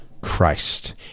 Christ